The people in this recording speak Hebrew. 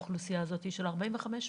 האוכלוסייה של 45 פלוס,